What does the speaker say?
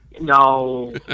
No